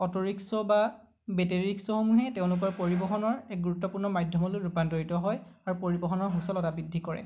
auto rickshaw বা battery rickshaw সমূহে তেওঁলোকৰ পৰিবহণৰ এক গুৰুত্বপূৰ্ণ মাধ্যমলৈ ৰূপান্তৰিত হয় আৰু পৰিবহণৰ সুচলতা বৃদ্ধি কৰে